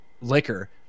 liquor